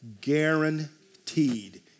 Guaranteed